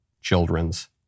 Children's